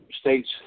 states